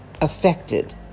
Affected